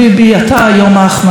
אתה היום ההחמצה.